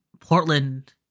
Portland